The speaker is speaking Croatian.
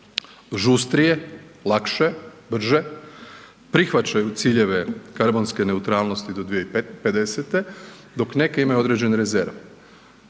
žustrije, lakše, brže prihvaćaju ciljeve karbonske neutralnosti do 2050. dok neke imaju određene rezerve.